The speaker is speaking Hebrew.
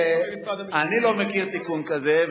אני לא מכיר תיקון כזה,